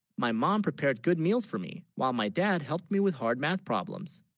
my mom prepared good meals for me, while, my dad helped, me with hard math problems